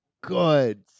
good